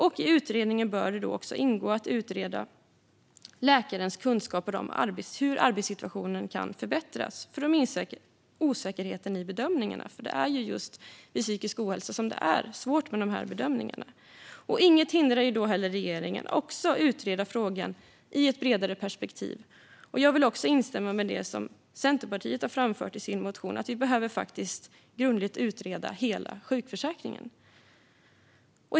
I utredningen bör det även ingå att utreda läkarens kunskaper om hur arbetssituationen kan förbättras, för att minska osäkerheten i bedömningarna. Det är nämligen just vid psykisk ohälsa som det är svårt med de här bedömningarna. Inget hindrar regeringen att även utreda frågan i ett bredare perspektiv. Jag vill också instämma i det som Centerpartiet har framfört i sin motion, nämligen att vi faktiskt behöver utreda hela sjukförsäkringen grundligt.